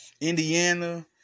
Indiana